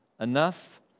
enough